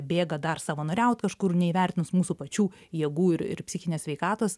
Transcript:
bėga dar savanoriaut kažkur neįvertinus mūsų pačių jėgų ir ir psichinės sveikatos